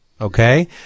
okay